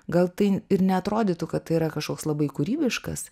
gal tai ir neatrodytų kad tai yra kažkoks labai kūrybiškas